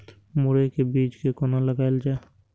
मुरे के बीज कै कोना लगायल जाय?